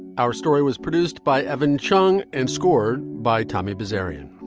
our story was produced by evan chung and scored by tommy kazarian.